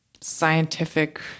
scientific